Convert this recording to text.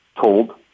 told